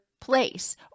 place